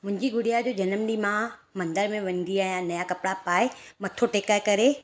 मुंहिंजी गुड़िया जो जनम ॾींहुं मां मंदर में वेंदी आहियां नया कपिड़ा पाए मथो टहिकाए करे